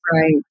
right